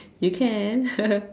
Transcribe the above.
you can